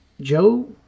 Joe